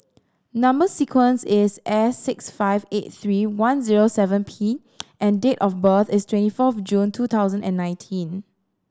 number sequence is S six five eight three one zero seven P and date of birth is twenty fourth June two thousand and nineteen